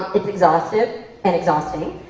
it's exhaustive and exhausting,